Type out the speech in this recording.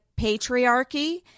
patriarchy